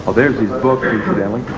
ah there's his book incidentally,